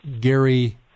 Gary